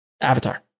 avatar